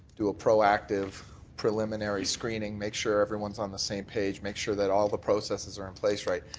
do a proactive preliminary screening, make sure everyone's on the same page, make sure that all the processs are in place, right,